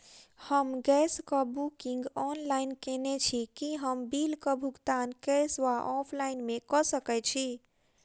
हम गैस कऽ booking online केने छी, की हम बिल कऽ भुगतान कैश वा ऑफलाइन मे कऽ सकय छी?